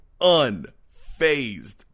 unfazed